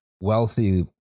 wealthy